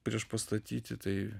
priešpastatyti tai